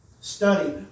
study